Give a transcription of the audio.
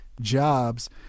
Jobs